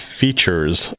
features